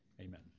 Amen